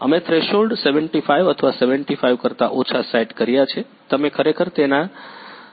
અમે થ્રેશોલ્ડ 75 અથવા 75 કરતા ઓછા સેટ કર્યા છે તમે ખરેખર તેને તેના કરતા પણ નીચે સેટ કરી શકો છો